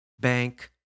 bank